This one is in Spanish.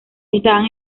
estaban